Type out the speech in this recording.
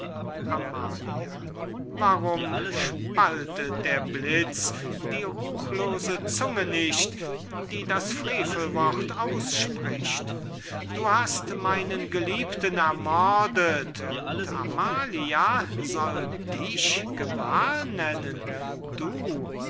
amalia warum spaltet der bliz die ruchlose zunge nicht die das frevelwort ausspricht du hast meinen geliebten ermordet und amalia soll dich gemahl nennen du